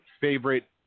favorite